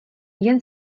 jen